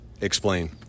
Explain